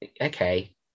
okay